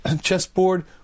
chessboard